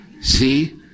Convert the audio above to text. See